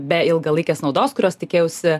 be ilgalaikės naudos kurios tikėjausi